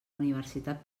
universitat